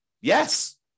Yes